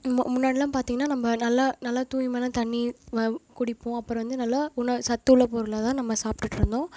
மு முன்னாடிலாம் பார்த்திங்கன்னா நம்ம நல்ல நல்ல தூய்மையான தண்ணி குடிப்போம் அப்புறம் வந்து நல்ல உணவு சத்துள்ள பொருளாக தான் நம்ம சாப்பிட்டுட்டு இருந்தோம்